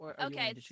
Okay